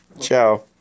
Ciao